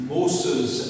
Moses